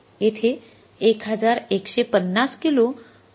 येथे ११५० किलो २